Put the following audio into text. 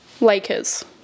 Lakers